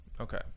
Okay